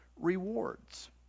rewards